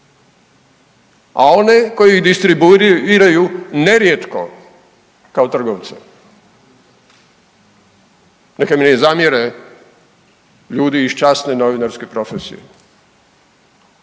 a one koji distribuiraju nerijetko kao trgovce, neka mi ne zamjere ljudi iz časne novinarske profesije,